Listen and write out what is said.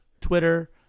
twitter